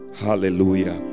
Hallelujah